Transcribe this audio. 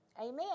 Amen